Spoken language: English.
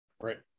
Right